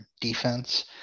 defense